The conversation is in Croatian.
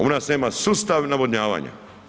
U nas nema sustav navodnjavanja.